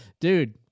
Dude